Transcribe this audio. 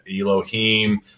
Elohim